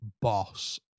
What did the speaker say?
boss